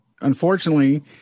unfortunately